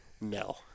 No